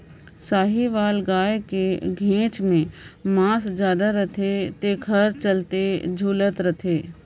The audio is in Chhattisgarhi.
साहीवाल गाय के घेंच में मांस जादा रथे तेखर चलते झूलत रथे